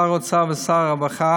שר האוצר ושר הרווחה